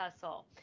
hustle